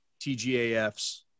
TGAFs